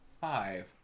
five